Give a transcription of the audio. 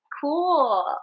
cool